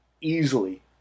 easily